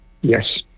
Yes